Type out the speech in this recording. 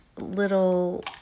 little